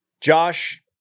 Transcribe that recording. Josh